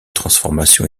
transformation